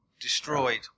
destroyed